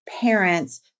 Parents